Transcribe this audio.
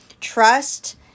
Trust